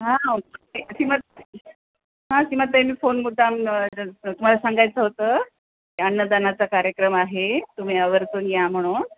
हा सिम हां सीमा ताई मी फोन मुद्दाम कर तुम्हाला सांगायचं होतं अन्नदानाचा कार्यक्रम आहे तुम्ही आवर्जून या म्हणून